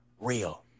real